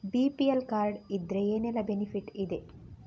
BPL card ಇದ್ರೆ ಏನೆಲ್ಲ benefit ಇದೆ?